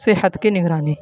صحت کی نگرانی